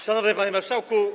Szanowny Panie Marszałku!